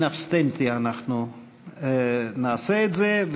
In Absentia אנחנו נעשה את זה,